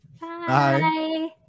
Bye